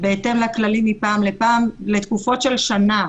בהתאם לכללים מפעם לפעם לתקופות של שנה.